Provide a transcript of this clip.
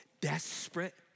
desperate